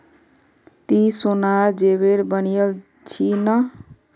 ती सोनार जेवर बनइल छि न